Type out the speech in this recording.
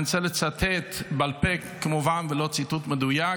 אני רוצה לצטט, בעל פה כמובן ולא ציטוט מדויק,